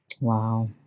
Wow